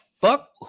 fuck